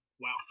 Wow